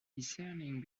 discerning